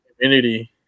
community